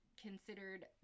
considered